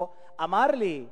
או אמר לי,